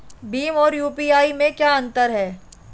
भीम और यू.पी.आई में क्या अंतर है?